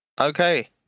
okay